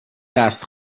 دست